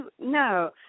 no